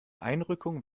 einrückung